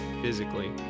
physically